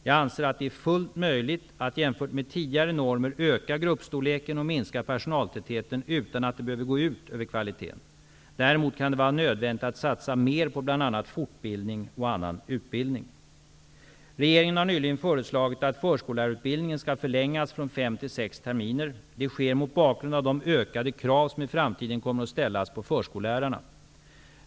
Jag anser att det är fullt möjligt att jämfört med tidigare normer öka gruppstorleken och minska personaltätheten utan att det behöver gå ut över kvaliteten. Däremot kan det vara nödvändigt att satsa mer på bl.a. Regeringen har nyligen föreslagit att förskollärarutbildningen skall förlängas från fem till sex terminer. Det sker mot bakgrund av de ökade krav som i framtiden kommer att ställas på förskollärarna.